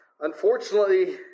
Unfortunately